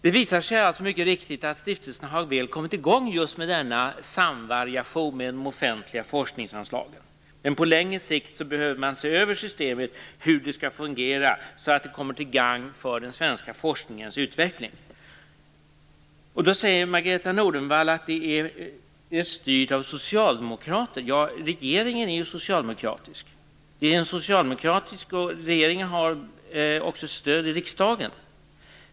Det visar sig alltså mycket riktigt att stiftelserna har kommit väl i gång med just denna samvariation med de offentliga forskningsanslagen. Men på längre sikt behöver man se över hur systemet skall fungera så att det blir till gagn för den svenska forskningens utveckling. Då säger Margareta Nordenvall att det är styrt av socialdemokrater. Ja, regeringen är ju socialdemokratisk, och regeringen har också stöd i riksdagen.